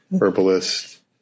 herbalist